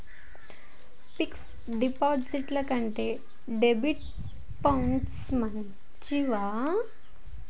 Fix డ్ డిపాజిట్ల కంటే డెబిట్ ఫండ్స్ మంచివా?